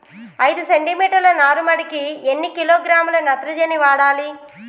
ఐదు సెంటిమీటర్ల నారుమడికి ఎన్ని కిలోగ్రాముల నత్రజని వాడాలి?